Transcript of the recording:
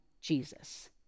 Jesus